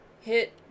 hit